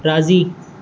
राज़ी